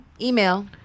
email